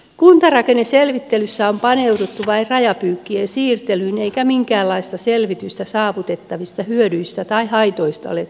kuntarakenneselvittelyssä on paneuduttu vain rajapyykkien siirtelyyn eikä minkäänlaista selvitystä saavutettavista hyödyistä tai haitoista ole tehty